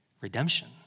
redemption